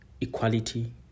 equality